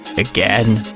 again?